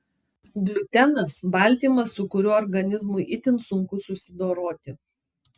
gliutenas baltymas su kuriuo organizmui itin sunku susidoroti